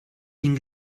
den